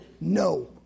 no